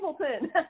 Hamilton